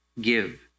give